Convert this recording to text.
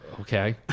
okay